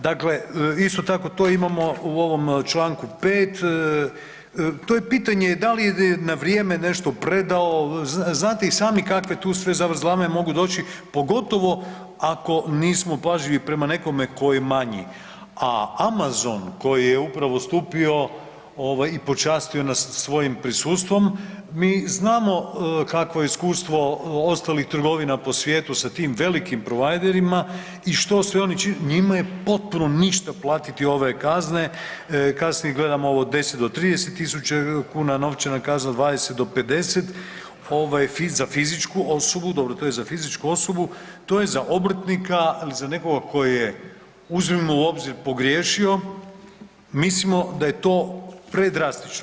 Dakle, isto tako to imamo u ovom čl. 5, to je pitanje da li je na vrijeme nešto predao, znate i sami kakve tu sve zavrzlame mogu doći pogotovo ako nismo pažljivi prema nekome tko je manji, a Amazon koji je upravo stupio i počastio nas svojim prisustvom, mi znamo kakve je iskustvo ostalih trgovina po svijetu sa tim veliki providerima i što sve oni .../nerazumljivo/... njima je potpuno ništa platiti ove kazne, kasnije gledamo ovo od 10 do 30 tisuća kuna, novčana kazna od 20 do 50, ovaj, za fizičku osobu, dobro, to je za fizičku osobu, to je za obrtnika ili za nekog tko je, uzmimo u obzir, pogriješio, mislimo da je to predrastično.